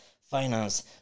finance